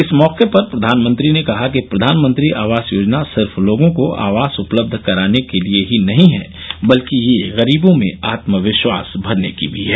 इस मौके पर प्रधानमंत्री ने कहा कि प्रधानमंत्री आवास योजना सिर्फ लोगों को आवास उपलब्ध कराने के लिए ही नहीं है बल्कि ये गरीबों में आत्मविश्वास भरने की भी है